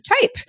type